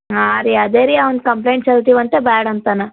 ಹಾಂ ರೀ ಅದೇ ರೀ ಅವ್ನ ಕಂಪ್ಲೇಂಟ್ ಚಲ್ತಿವಂತ ಬ್ಯಾಡ ಅಂತನ